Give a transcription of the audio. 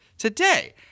today